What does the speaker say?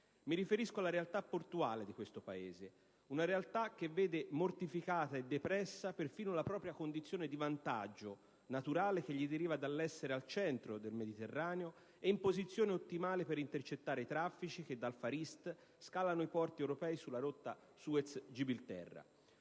Mi riferisco alla realtà portuale di questo Paese. Una realtà che vede mortificata e depressa perfino la propria condizione di vantaggio naturale che gli deriva dall'essere al centro del Mediterraneo e in posizione ottimale per intercettare i traffici che dal *Far-East* scalano i porti europei sulla rotta Suez-Gibilterra.